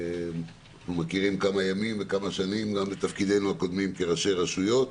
אנחנו מכירים כמה שנים עוד מתפקידנו הקודמים כראשי רשויות.